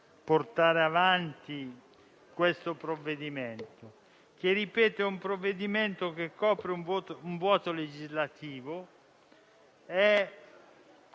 portare avanti questo provvedimento, che - ripeto - è un provvedimento che copre un vuoto legislativo.